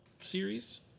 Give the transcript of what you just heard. series